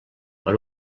per